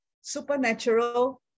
supernatural